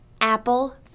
Apple